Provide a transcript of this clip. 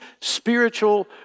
spiritual